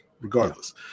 regardless